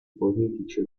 politici